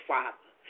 Father